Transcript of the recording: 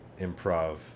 improv